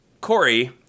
Corey